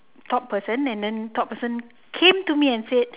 top person and then top person came to me and said